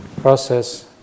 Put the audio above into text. process